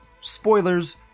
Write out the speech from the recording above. Spoilers